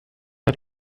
hat